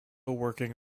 working